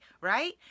right